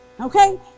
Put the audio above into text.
Okay